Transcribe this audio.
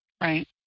Right